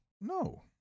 No